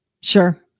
Sure